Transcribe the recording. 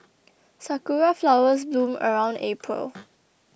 sakura flowers bloom around April